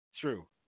true